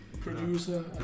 producer